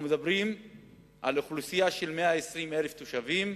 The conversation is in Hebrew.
אנחנו מדברים על אוכלוסייה של 120,000 תושבים,